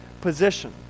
position